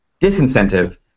disincentive